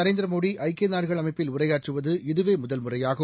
நரேந்திரமோடி ஐக்கியநாடுகள் அமைப்பில் உரையாற்றுவது இதுவேமுதல்முறையாகும்